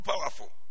powerful